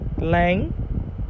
Lang